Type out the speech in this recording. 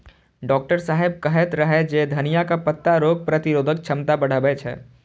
doctor साहेब कहैत रहै जे धनियाक पत्ता रोग प्रतिरोधक क्षमता बढ़बै छै